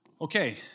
okay